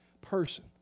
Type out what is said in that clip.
person